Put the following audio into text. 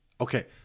Okay